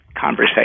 conversation